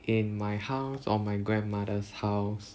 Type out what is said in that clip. in my house or my grandmother's house